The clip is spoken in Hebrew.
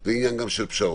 זה עניין גם של פשרות.